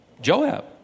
Joab